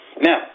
Now